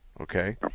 Okay